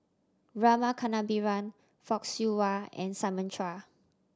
Rama Kannabiran Fock Siew Wah and Simon Chua